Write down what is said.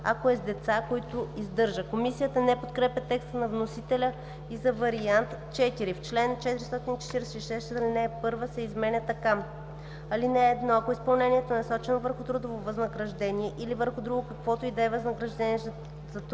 ако е с деца, които издържа.“ Комисията не подкрепя текста на вносителя и за Вариант IV: „§ 35. В чл. 446 ал. 1 се изменя така: „(1) Ако изпълнението е насочено върху трудовото възнаграждение или върху друго каквото и да е възнаграждение за труд,